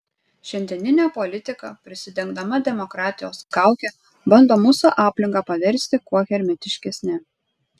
šiandieninė politika prisidengdama demokratijos kauke bando mūsų aplinką paversti kuo hermetiškesne